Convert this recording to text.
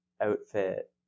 outfit